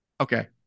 Okay